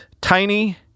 tiny